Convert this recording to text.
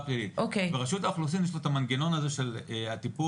ורשות האוכלוסין יש לו את המנגנון של הגשת